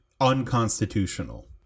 unconstitutional